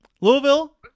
Louisville